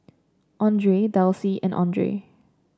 Andre Delsey and Andre